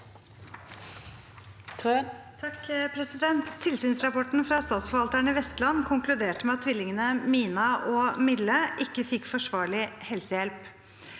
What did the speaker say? (H) «Tilsyns- rapporten fra Statsforvalteren i Vestland konkluderte med at tvillingene Mina og Mille ikke fikk forsvarlig helsehjelp.